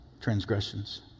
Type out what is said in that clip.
transgressions